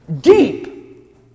deep